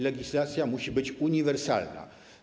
Legislacja musi być uniwersalna.